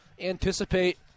anticipate